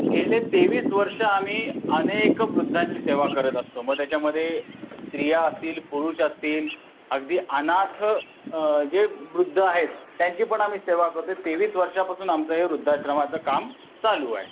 गेले तेवीस वर्षं आम्ही अनेक वृद्धांची सेवा करत असतो मग त्याच्यामध्ये स्त्रिया असतील पुरुष असतील अगदी अनाथ जे वृद्ध आहेत त्यांची पण आम्ही सेवा करतो आहे तेवीस वर्षापासून आमचं हे वृद्धाश्रमाचं काम चालू आहे